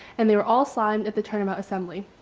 and they were all signed at the tournament assembly.